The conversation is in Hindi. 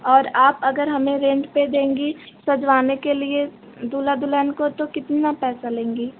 और आप अगर हमे रेन्ट पर देंगी सजवाने के लिए दूल्हा दुल्हन को तो कितना पैसा लेंगी